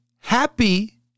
Happy